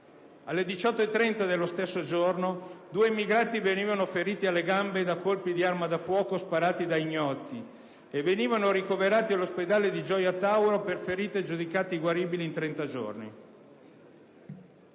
ore 18,30 dello stesso giorno, due immigrati venivano feriti alle gambe da colpi di arma da fuoco sparati da ignoti e venivano ricoverati all'ospedale di Gioia Tauro per ferite giudicate guaribili in 30 giorni.